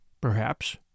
Perhaps